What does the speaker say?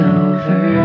over